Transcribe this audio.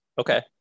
Okay